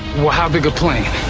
well, how big a plane?